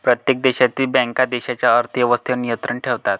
प्रत्येक देशातील बँका देशाच्या अर्थ व्यवस्थेवर नियंत्रण ठेवतात